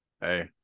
Hey